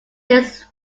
his